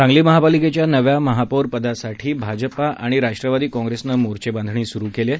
सांगली महापालिकेच्या नव्या महापौर पदासाठी भाजप आणि राष्ट्रवादी काँप्रेसनं मोर्चेबांधणी सुरू केली आहे